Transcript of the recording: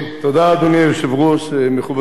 אדוני היושב-ראש, מכובדי השר,